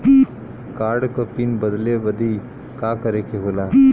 Card क pin बदले बदी का करे के होला?